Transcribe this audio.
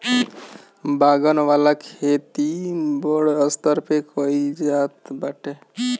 बागन वाला खेती बड़ स्तर पे कइल जाता बाटे